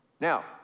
Now